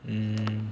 mm